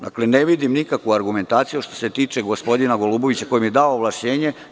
Dakle, ne vidim nikakvu argumentaciju što se tiče gospodina Golubovića, koji mi je dao ovlašćenje.